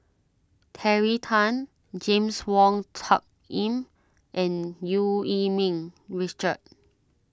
Terry Tan James Wong Tuck Yim and Eu Yee Ming Richard